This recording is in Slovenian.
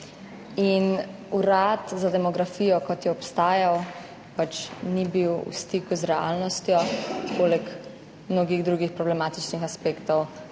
In Urad za demografijo, kot je obstajal, pač ni bil v stiku z realnostjo, poleg mnogih drugih problematičnih aspektov.